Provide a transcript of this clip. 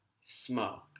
Smoke